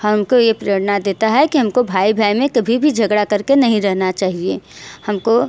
हम को ये प्रेरणा देता है कि हम को भाई बहन में कभी भी झगड़ा कर के नहीं रहना चाहिए हम को